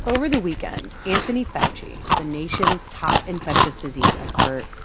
over the weekend, anthony fauci, the nation's top infectious disease expert,